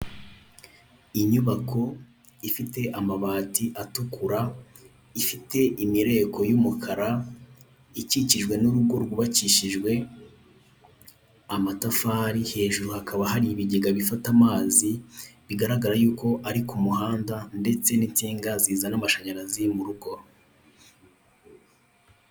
Inyubako ifite amabati atukura, ifite imireko y'umukara, ikikijwe n'urugo rwubakishijwe amatafari. Hejuru hakaba har'ibigega bifata, bigaragara ko ari ku muhanda amazi ndetse n'insinga zizana amashanyarazi mu rugo.